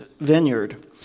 vineyard